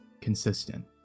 consistent